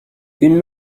une